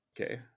Okay